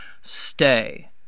Stay